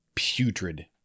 putrid